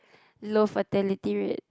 low fertility rate